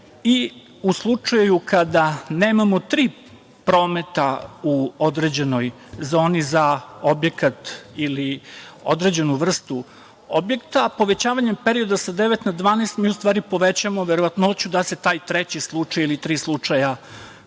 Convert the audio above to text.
U slučaju kada nemamo tri prometa u određenoj zoni za objekat ili određenu vrstu objekta, povećanjem period sa devet na 12, mi u stvari povećavamo verovatnoću da se taj treći slučaj ili tri slučaja